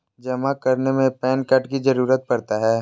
जमा करने में पैन कार्ड की जरूरत पड़ता है?